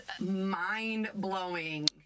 mind-blowing